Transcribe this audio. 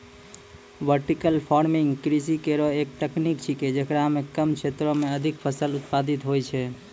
vertical farming कृषि केरो एक तकनीक छिकै, जेकरा म कम क्षेत्रो में अधिक फसल उत्पादित होय छै